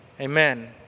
Amen